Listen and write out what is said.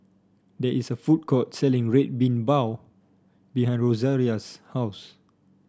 there is a food court selling Red Bean Bao behind Rosaria's house